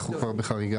אנחנו כבר בחריגה.